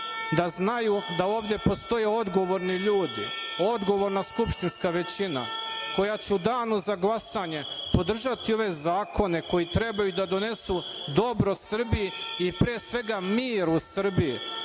da znaju da ovde postoje odgovorni ljudi, odgovorna skupštinska većina koja će u danu za glasanje podržati ove zakone koji trebaju da donesu dobro Srbiji i, pre svega, mir u Srbiji,